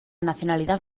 nacionalidad